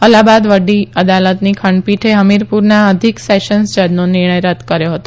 અલ્હાબાદ વડી અદાલતની ખંડપીઠે હમીરપુરના અધિક સેશન્સ જજનો નિર્ણય રદ કર્યો હતો